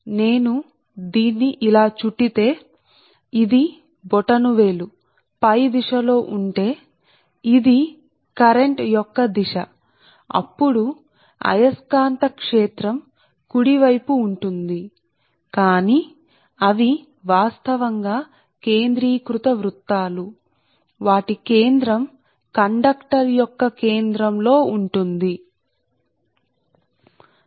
నేను దీన్ని ఇలా చుట్టి ఉంటే ఇది ప్రస్తుత బొటనవేలు దిశ గా ఉంటే మీకు అయస్కాంత క్షేత్రం కుడి వైపు ఉంటుంది కానీ అవి వాస్తవానికి కేంద్రీకృత వృత్తాలు మరియు అక్కడ కేంద్రం కండక్టర్ మధ్యలో ఉంటుంది సరే